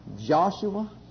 Joshua